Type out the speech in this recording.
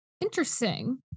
Interesting